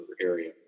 area